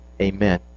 Amen